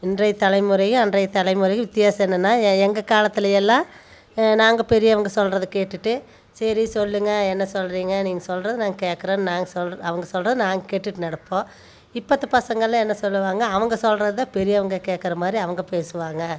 இன்றைய தலைமுறையும் அன்றைய தலைமுறையும் வித்தியாசம் என்னன்னா எங்க எங்கள் காலத்துலயெல்லாம் நாங்கள் பெரியவங்கள் சொல்கிறதை கேட்டுட்டு சரி சொல்லுங்கள் என்ன சொல்கிறீங்க நீங்கள் சொல்கிறத நாங்கள் கேக்கிறோம் நாங்கள் சொல்கிறத அவங்க சொல்கிறத நாங்கள் கேட்டுட்டு நடப்போம் இப்போ இந்த பசங்கெல்லாம் என்ன சொல்வாங்க அவங்க சொல்கிறதுதான் பெரியவங்க கேட்கிற மாதிரி அவங்க பேசுவாங்க